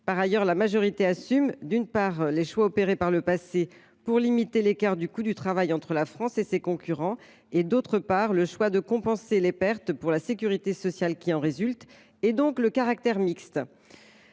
Par ailleurs, la majorité sénatoriale assume, d’une part, les choix opérés par le passé pour limiter l’écart du coût du travail entre la France et ses concurrents et, d’autre part, le choix de compenser les pertes qui en résultent pour la sécurité sociale, et donc le caractère mixte.